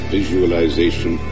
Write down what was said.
Visualization